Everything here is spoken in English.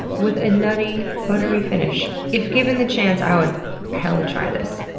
with a nutty, buttery finish. if given the chance, i would hella try this.